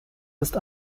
ist